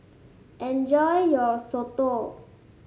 enjoy your soto